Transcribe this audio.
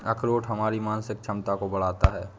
अखरोट हमारी मानसिक क्षमता को बढ़ाता है